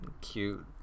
cute